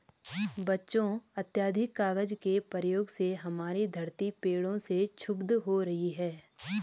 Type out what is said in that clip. बच्चों अत्याधिक कागज के प्रयोग से हमारी धरती पेड़ों से क्षुब्ध हो रही है